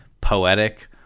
poetic